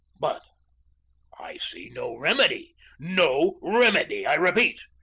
but i see no remedy no remedy, i repeat.